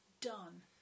done